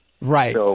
Right